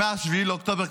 שמאז 7 באוקטובר,